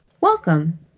Welcome